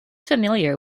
familiar